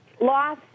Loss